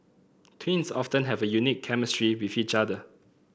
twins often have a unique chemistry with each other